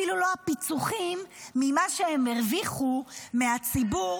אפילו לא הפיצוחים ממה שהם הרוויחו מהציבור